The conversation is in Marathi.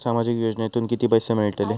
सामाजिक योजनेतून किती पैसे मिळतले?